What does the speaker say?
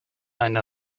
eine